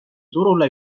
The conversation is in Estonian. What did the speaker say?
turule